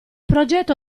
progetto